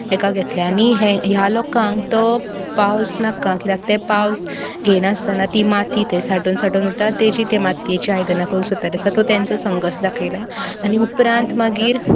हेका घेतले आनी हे ह्या लोकांक तो पावस नाका कित्याक ते पावस येयनासतना ती माती थंय साठोवन साठोवन उरता तेजी त्या मातयेचीं आयदनां करपाक सोदता सो तेंचो संघर्श दाखयला आनी उपरांत मागीर